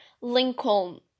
Lincoln